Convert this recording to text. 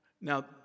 Now